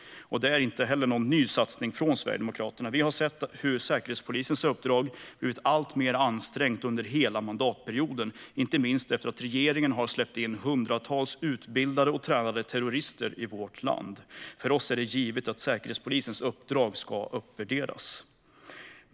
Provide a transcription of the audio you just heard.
Det är inte heller något ny satsning från Sverigedemokraterna. Säkerhetspolisens uppdrag har blivit alltmer ansträngt under hela mandatperioden, inte minst efter att regeringen har släppt in hundratals utbildade och tränade terrorister i vårt land. För oss är det givet att Säkerhetspolisens uppdrag ska uppvärderas.